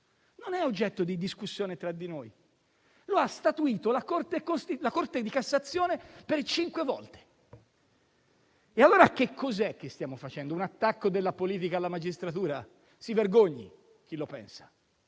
Non è oggetto di discussione tra di noi. Lo ha statuito la Corte di cassazione per cinque volte. Allora cosa stiamo facendo? Un attacco della politica alla magistratura? Si vergogni chi lo pensa.